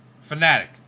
Fanatic